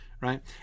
right